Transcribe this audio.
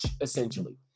essentially